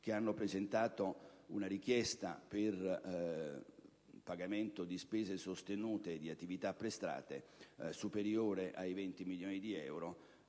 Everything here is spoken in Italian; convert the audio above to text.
che ha presentato una richiesta per il pagamento di spese sostenute e attività prestate superiore ai 20 milioni di euro,